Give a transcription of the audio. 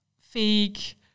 fake